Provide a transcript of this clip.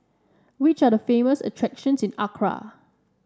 which are the famous attractions in Accra